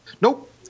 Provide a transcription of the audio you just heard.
Nope